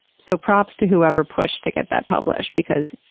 so, props to whoever pushed to get that published because,